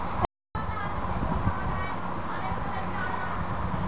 एक टन प्याज उठावे खातिर केतना गैलन पानी के जरूरत होखेला?